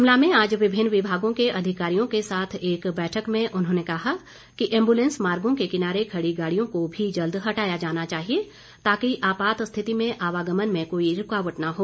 शिमला में आज विभिन्न विमागों के अधिकारियों के साथ एक बैठक में उन्होंने कहा कि एम्बूलैंस मागाँ के किनारे खड़ी गाड़ियों को भी जल्द हटाया जाना चाहिए ताकि आपात स्थिति में आवागमन में कोई रूकावट न हो